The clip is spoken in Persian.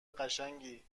قشنگی